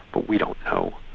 but we don't know.